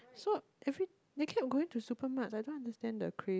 so every they keep going to supermarket I don't understand the craze